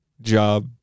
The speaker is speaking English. job